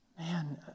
Man